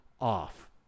off